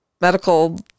medical